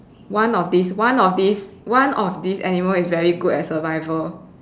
one of this one of this one of this animal is very good at survival